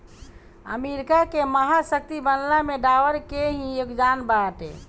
America के महाशक्ति बनला में डॉलर के ही योगदान बाटे